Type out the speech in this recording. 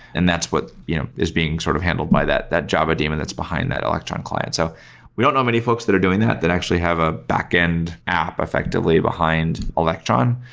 and that's what you know is being sort of handled by that, that java daemon that's behind that electron client. so we don't know how many folks that are doing that that actually have a backend app effectively behind electron.